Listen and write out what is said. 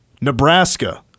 Nebraska